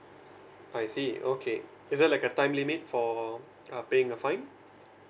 I see okay is there like a time limit for uh paying a fine